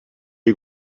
you